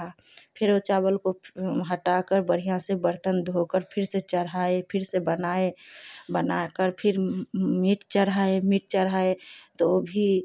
फिर उस चावल को हटाकर बढ़िया से बर्तन धोकर फिर से चढ़ाए फिर से बनाए बनाकर फिर मीट चढ़ाए मीट चढ़ाए तो भी